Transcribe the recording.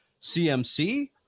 CMC